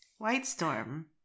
Whitestorm